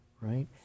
Right